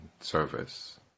service